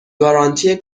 گارانتی